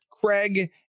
Craig